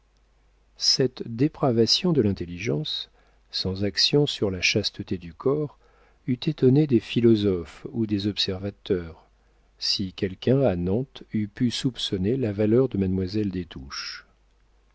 cette dépravation de l'intelligence sans action sur la chasteté du corps eût étonné des philosophes ou des observateurs si quelqu'un à nantes eût pu soupçonner la valeur de mademoiselle